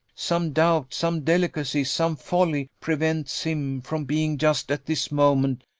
some doubt, some delicacy, some folly, prevents him from being just at this moment,